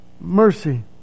mercy